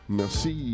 merci